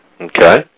Okay